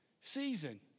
season